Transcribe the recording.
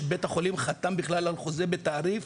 שבית החולים חתם בכלל על חוזה בתעריף